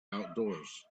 outdoors